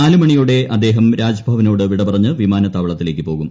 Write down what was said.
നാലുമണിയോടെ അദ്ദേഹം രാജ്ഭവനോട് വിടപറഞ്ഞു വിമാനത്താവളത്തിലേക്കു പോകും